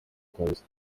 kabisa